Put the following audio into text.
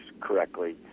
correctly